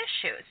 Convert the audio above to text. issues